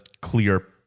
clear